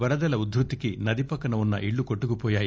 వరదల ఉధృతికి నది ప్రక్కన ఉన్న ఇళ్లు కొట్టుకువోయాయి